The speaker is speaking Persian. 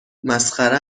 مسخره